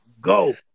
go